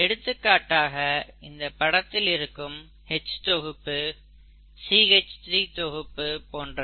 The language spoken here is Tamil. எடுத்துக்காட்டாக இந்த படத்தில் இருக்கும் H தொகுப்பு CH3 தொகுப்பு போன்றவை